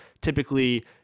typically